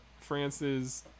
France's